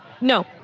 No